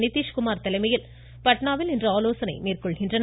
நிதீஷ்குமார் தலைமையில் பாட்னாவில் இன்று ஆலோசனை மேற்கொள்கின்றனர்